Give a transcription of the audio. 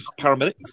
paramedics